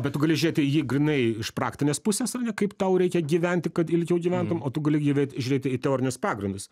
bet tu gali žiūrėt į jį grynai iš praktinės pusės ar ne kaip tau reikia gyventi kad ilgiau gyventum o tu gali gi vet žiūrėt į teorinius pagrindus